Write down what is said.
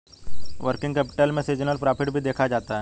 working capital में seasonal profit भी देखा जाता है